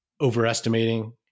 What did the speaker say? overestimating